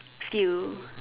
feel